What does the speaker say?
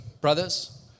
Brothers